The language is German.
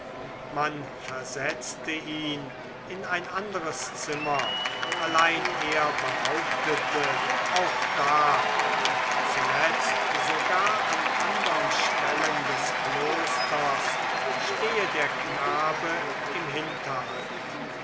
man versetzte ihn in ein anderes zimmer allein er behauptete auch da und zuletzt sogar an andern stellen des klosters stehe der knabe im hinterhalt